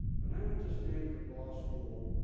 when i went to stanford law school,